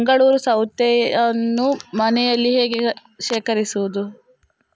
ಮಂಗಳೂರು ಸೌತೆಯನ್ನು ಮನೆಯಲ್ಲಿ ಹೇಗೆ ಶೇಖರಿಸುವುದು?